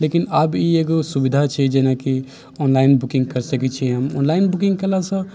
लेकिन आब ई एगो सुविधा छै जेनाकि ऑनलाइन बुकिङ्ग करि सकैत छियै हम ऑनलाइन बुकिङ्ग कयला से